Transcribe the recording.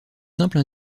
simple